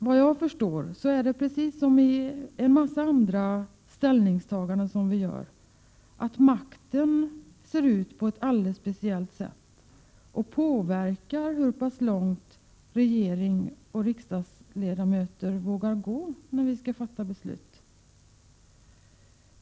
Vad jag förstår är det precis som i en massa andra ställningstaganden som vi gör, att makten ser ut på ett alldeles speciellt sätt och påverkar hur långt regering och riksdagsledamöter vågar gå när vi skall fatta beslut.